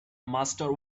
master